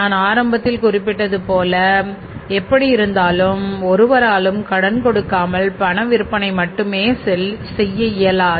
நான் ஆரம்பத்தில் குறிப்பிட்டது போல எப்படி இருந்தாலும் ஒருவராலும் கடன் கொடுக்காமல் பண விற்பனை மட்டுமே செய்ய இயலாது